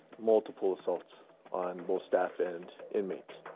multiple assaults on both staff and inmates.